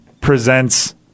presents